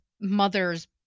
mother's